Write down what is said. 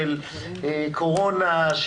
של קורונה,